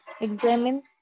examine